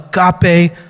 agape